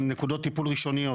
נקודות טיפול ראשוניות,